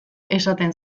esaten